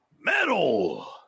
Metal